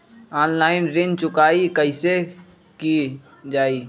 Online ऋण चुकाई कईसे की ञाई?